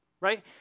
right